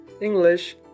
English